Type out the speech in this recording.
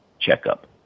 checkup